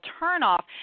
turnoff